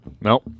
Nope